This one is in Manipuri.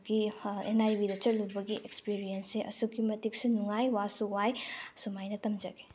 ꯑꯦꯟ ꯑꯥꯏ ꯕꯤꯗ ꯆꯠꯂꯨꯕꯒꯤ ꯑꯦꯛꯁꯄꯤꯔꯤꯌꯦꯟꯁꯁꯦ ꯑꯁꯨꯛꯀꯤ ꯃꯇꯤꯛꯁꯨ ꯅꯨꯡꯉꯥꯏ ꯋꯥꯁꯨ ꯋꯥꯏ ꯁꯨꯃꯥꯏꯅ ꯇꯝꯖꯒꯦ